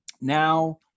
now